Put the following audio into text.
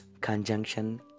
conjunction